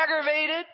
aggravated